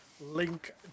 link